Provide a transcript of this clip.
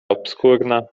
obskurna